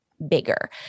bigger